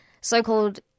so-called